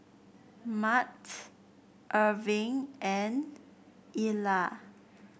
Mart Irving and Ila